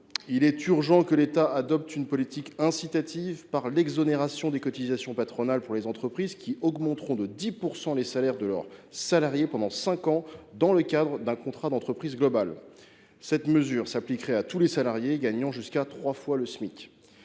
Il est urgent d’adopter une politique incitative l’exonération des cotisations patronales pour les entreprises qui augmenteront de 10 % les salaires de leurs salariés pendant cinq ans, dans le cadre d’un contrat d’entreprise global. Cette mesure s’appliquerait à tous les salariés gagnant jusqu’à trois fois le Smic.